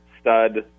stud